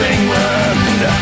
England